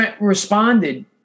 responded